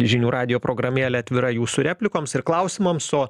žinių radijo programėlė atvira jūsų replikoms ir klausimams o